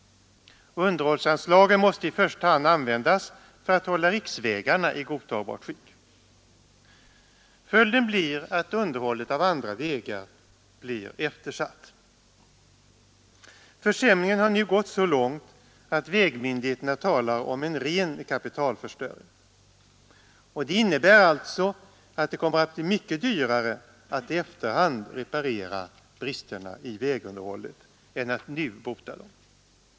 Underhållsanslagen måste i första hand användas för att hålla riksvägarna i godtagbart skick. Följden blir att underhållet av andra vägar blir eftersatt. Försämringen har gått så långt att vägmyndigheterna talar om en ren kapitalförstöring. Det innebär alltså att det kommer att bli mycket dyrare att i efterhand reparera bristerna i vägunderhållet än att nu bota dem.